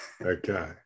Okay